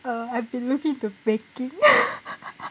err I've been looking into baking